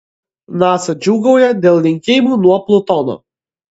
nasa džiūgauja dėl linkėjimų nuo plutono